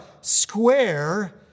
square